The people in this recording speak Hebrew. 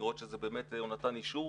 לראות שבאמת הוא נתן אישור,